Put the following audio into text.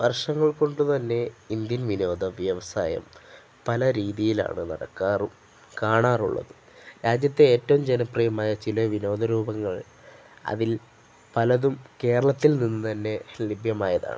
വർഷങ്ങൾ കൊണ്ടു തന്നെ ഇന്ത്യൻ വിനോദ വ്യവസായം പല രീതിയിലാണ് നടക്കാറും കാണാറുള്ളത് രാജ്യത്തെ ഏറ്റവും ജനപ്രിയമായ ചില വിനോദ രൂപങ്ങൾ അതിൽ പലതും കേരളത്തിൽ നിന്ന് തന്നെ ലഭ്യമായതാണ്